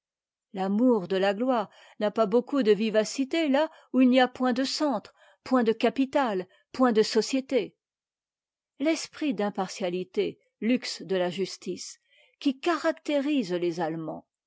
l'amour de la gloire n'a pas beaucoup de vivacité là où il n'y a point de centre point de société l'espèce d'impartialité luxe de la justice qui caractérise les allemands